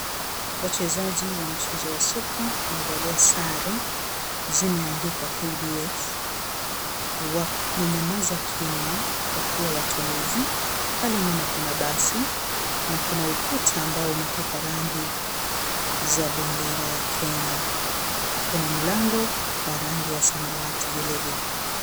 Wachezaji wa mchezo wa soka wamevalia sare zimeandikwa (cs)KDF(cs) wamenyamaza kimya wakiwa watulivu, pale nyuma kuna basi na kuna ukuta ambao umepakwa rangi za bendera ya Kenya, kuna mlango wa rangi ya samawati vilevile.